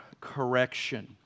correction